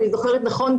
אם אני זוכרת נכון,